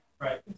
right